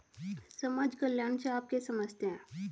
समाज कल्याण से आप क्या समझते हैं?